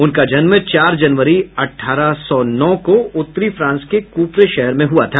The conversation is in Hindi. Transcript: उनका जन्म चार जनवरी अठारह सौ नौ को उत्तरी फ्रांस के कूप्रे शहर में हुआ था